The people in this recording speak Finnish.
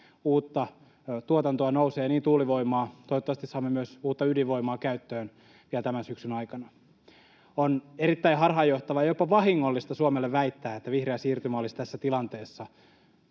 Uutta tuotantoa nousee, tuulivoimaa, toivottavasti saamme myös uutta ydinvoimaa käyttöön vielä tämän syksyn aikana. On erittäin harhaanjohtavaa ja jopa vahingollista Suomelle väittää, että vihreä siirtymä olisi tässä tilanteessa